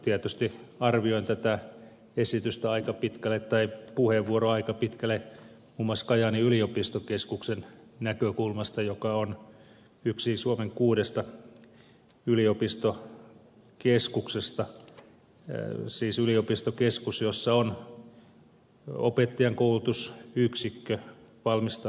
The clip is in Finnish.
tietysti arvioin tätä puheenvuoroa aika pitkälle muun muassa kajaanin yliopistokeskuksen näkökulmasta joka on yksi suomen kuudesta yliopistokeskuksesta siis yliopistokeskus jossa on opettajankoulutusyksikkö joka valmistaa luokanopettajia